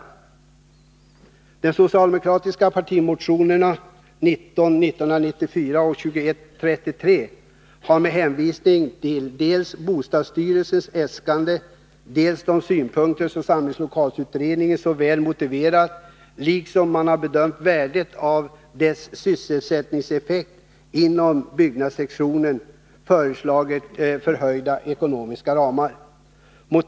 I de socialdemokratiska partimotionerna 1994 och 2133 har med hänvisning till dels bostadsstyrelsens äskanden, dels de synpunkter som samlingslokalutredningen anfört och så väl motiverat — man har också bedömt värdet av åtgärdernas sysselsättningseffekt inom byggnadssektorn — föreslagits förhöjda ekonomiska ramar.